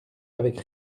avec